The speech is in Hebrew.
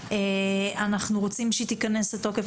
אנחנו רוצים שהיא תיכנס לתוקף.